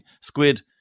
squid